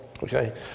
Okay